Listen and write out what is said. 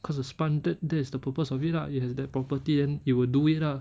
cause a sponge that that is the purpose of it lah it has that property then it will do it lah